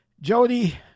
Jody